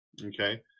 Okay